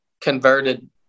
converted